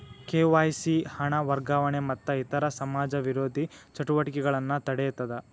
KYC ಹಣ ವರ್ಗಾವಣೆ ಮತ್ತ ಇತರ ಸಮಾಜ ವಿರೋಧಿ ಚಟುವಟಿಕೆಗಳನ್ನ ತಡೇತದ